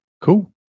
cool